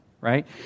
right